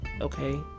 okay